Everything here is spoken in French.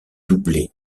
doublé